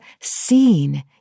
seen